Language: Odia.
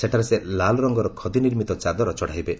ସେଠାରେ ସେ ଲାଲ୍ ରଙ୍ଗର ଖଦି ନିର୍ମିତ ଚାଦର ଚଢ଼ାଇବେ